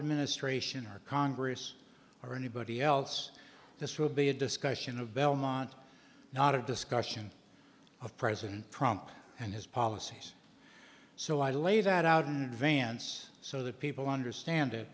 ministration or congress or anybody else this will be a discussion of belmont not a discussion of president prompts and his policies so i lay that out an advance so that people understand it